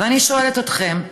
ואני שואלת אתכם: